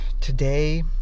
today